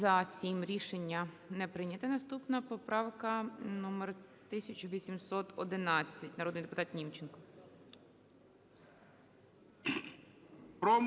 За-7 Рішення не прийнято. Наступна поправка номер 1810. Народний депутат Німченко.